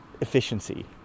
efficiency